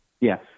yes